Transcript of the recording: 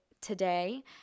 today